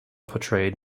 portrayed